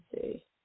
see